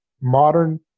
modern